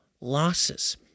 losses